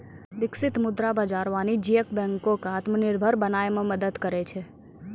बिकसित मुद्रा बाजार वाणिज्यक बैंको क आत्मनिर्भर बनाय म मदद करै छै